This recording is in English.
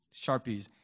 Sharpies